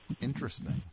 Interesting